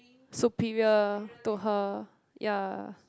superior to her ya